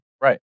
Right